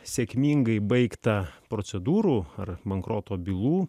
sėkmingai baigta procedūrų ar bankroto bylų